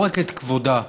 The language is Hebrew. לא רק את כבודה,